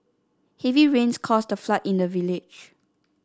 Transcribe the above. heavy rains caused a flood in the village